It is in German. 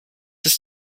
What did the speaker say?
ist